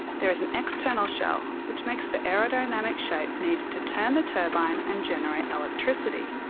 there is an external shell which makes the aerodynamic shape needed to turn the turbine and generate electricity.